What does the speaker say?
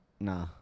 Nah